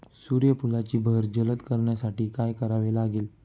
सूर्यफुलाची बहर जलद करण्यासाठी काय करावे लागेल?